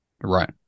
Right